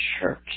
church